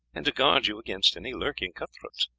and to guard you against any lurking cut-throats.